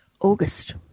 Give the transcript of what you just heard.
August